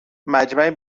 مجمع